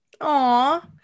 Aw